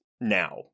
now